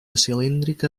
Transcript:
cilíndrica